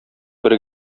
бер